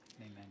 amen